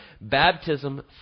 Baptism